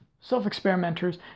self-experimenters